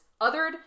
othered